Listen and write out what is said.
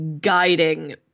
guiding